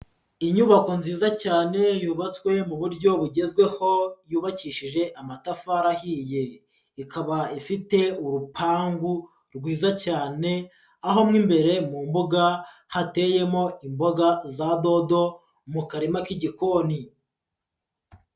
Inyubako nziza cyane yubatswe mu buryo bugezweho yubakishije amatafari ahiye, ikaba ifite urupangu rwiza cyane aho mu imbere mu mbuga hateyemo imboga za dodo mu karima k'igikoni.